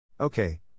Okay